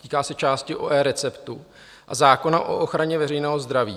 Týká se části o eReceptu a zákona o ochraně veřejného zdraví.